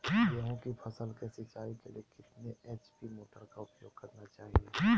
गेंहू की फसल के सिंचाई के लिए कितने एच.पी मोटर का उपयोग करना चाहिए?